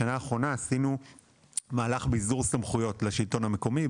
בשנה האחרונה עשינו מהלך של ביזור סמכויות לשלטון המקומי,